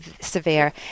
severe